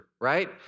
Right